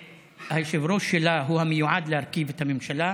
שהיושב-ראש שלה הוא המיועד להרכיב את הממשלה,